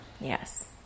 Yes